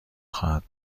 خواهد